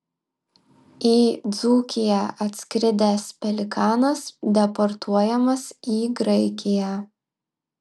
į dzūkiją atskridęs pelikanas deportuojamas į graikiją